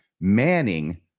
manning